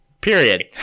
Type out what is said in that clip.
Period